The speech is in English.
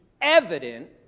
evident